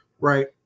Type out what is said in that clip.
right